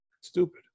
stupid